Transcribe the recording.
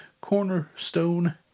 Cornerstone